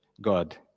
God